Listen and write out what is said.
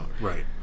Right